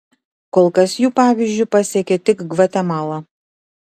kol kas jų pavyzdžiu pasekė tik gvatemala